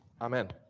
Amen